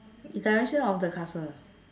it's the dimension of the castle